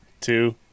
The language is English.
two